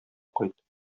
кайт